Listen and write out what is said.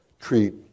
treat